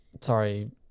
Sorry